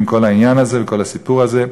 עם כל העניין הזה וכל הסיפור הזה.